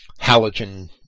halogen